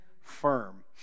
firm